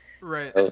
Right